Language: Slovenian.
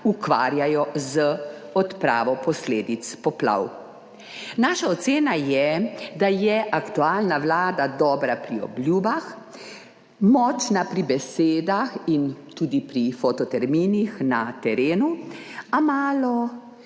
ukvarjajo z odpravo posledic poplav. Naša ocena je, da je aktualna Vlada dobra pri obljubah, močna pri besedah in tudi pri fototerminih na terenu, a malo